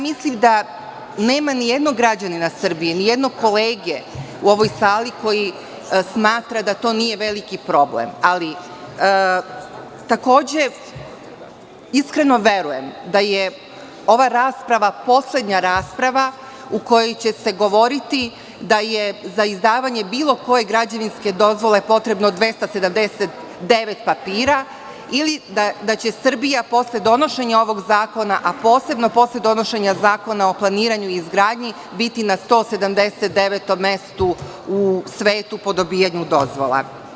Mislim da nema nijednog građanina Srbije, nijednog kolege u ovoj sali koji smatra da to nije veliki problem, ali, takođe, iskreno verujem da je ova rasprava poslednja rasprava u kojoj će se govoriti da je za izdavanje bilo koje građevinske dozvole potrebno 279 papira ili da će Srbija posle donošenje ovog zakona, a posebno posle donošenje Zakona o planiranju izgradnji biti na 179. mestu u svetu po dobijanju dozvola.